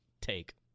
take